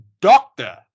doctor